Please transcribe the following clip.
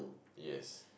yes